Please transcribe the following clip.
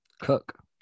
Cook